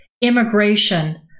immigration